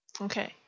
okay